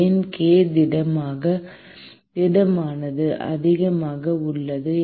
ஏன் k திடமானது அதிகமாக உள்ளது